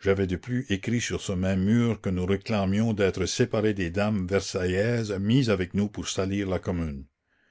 j'avais de plus écrit sur ce même mur que nous réclamions d'être séparées des dames versaillaises mises avec nous pour salir la commune